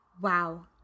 Wow